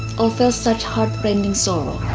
also such heart-rending sorrow.